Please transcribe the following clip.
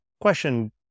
question